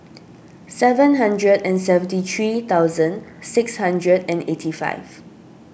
seven hundred and seventy three thousand six hundred and eighty five